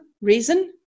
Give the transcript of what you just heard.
reason